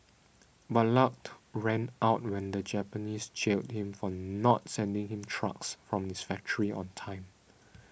but luck ran out when the Japanese jailed him for not sending him trucks from his factory on time